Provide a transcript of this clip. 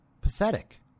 Pathetic